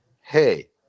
hey